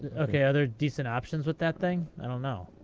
ok, are there decent options with that thing? i don't know.